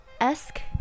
esque